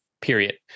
period